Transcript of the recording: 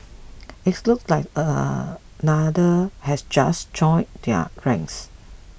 its looks like another has just joined their ranks